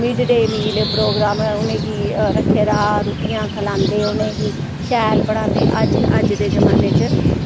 mid day meal program उ'नेगी रक्खे दा रुट्टियां खलांदे उ'नेगी शैल पढ़ांदे अज्ज अज्ज दे जमाने च